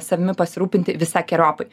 savimi pasirūpinti visakeriopai